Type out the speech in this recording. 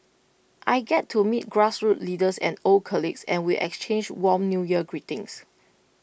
I get to meet grassroots leaders and old colleagues and we exchange warm New Year greetings